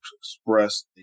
express